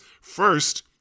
First